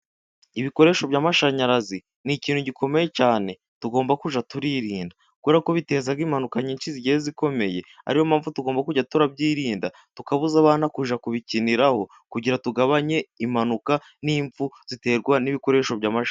Ibikoresho by'amashanyarazi ni ikintu gikomeye cyane, tugomba kujya turirinda kubera ko biteza impanuka nyinshi zigiye zikomeye, ariyo mpamvu tugomba kujya turabyirinda tukabuza abana kujya kubikiniraho, kugira ngo tugabanye impanuka n'impfu ziterwa n'ibikoresho by'amashanyarazi.